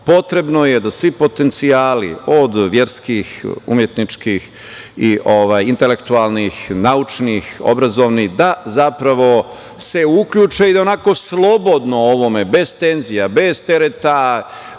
Potrebno je da svi potencijali, od verskih, umetničkih i intelektualnih, naučnih, obrazovnih, da se zapravo uključe i onako slobodno o ovome, bez tenzija, bez tereta